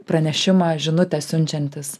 pranešimą žinutes siunčiantis